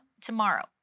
tomorrow